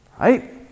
Right